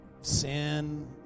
sin